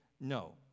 No